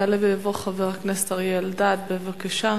יעלה ויבוא חבר הכנסת אריה אלדד, בבקשה.